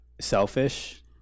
selfish